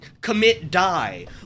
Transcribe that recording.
commit-die